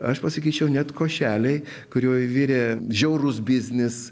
aš pasakyčiau net košelėj kurioj virė žiaurus biznis